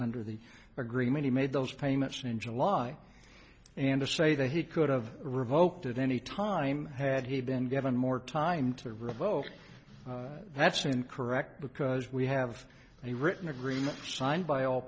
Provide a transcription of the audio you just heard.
under the agreement he made those payments in july and to say that he could have revoked at any time had he been given more time to revoke that's incorrect because we have a written agreement signed by all